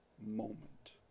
moment